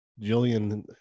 jillian